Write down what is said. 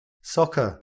Soccer